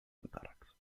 encàrrecs